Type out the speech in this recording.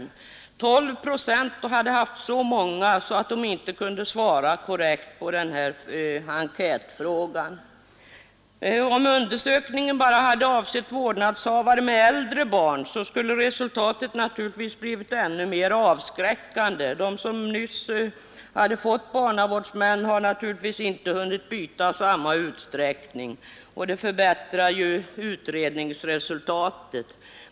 12 procent hade haft så många att de inte kunde svara korrekt på denna enkätfråga. Om undersökningen bara hade avsett vårdsnadshavare med äldre barn skulle resultatet naturligtvis ha blivit ännu mer avskräckande. De som nyss har fått barnavårdsmän har naturligtvis inte hunnit byta i samma utsträckning vilket förbättrar utredningsresultatet.